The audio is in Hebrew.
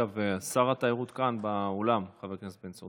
אגב, שר התיירות כאן באולם, חבר הכנסת בן צור.